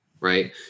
right